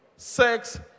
sex